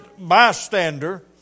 bystander